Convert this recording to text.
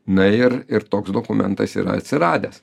na ir ir toks dokumentas yra atsiradęs